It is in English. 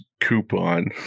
coupon